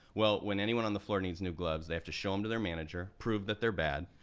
well, when anyone on the floor needs new gloves, they have to show em to their manager, prove that they're bad,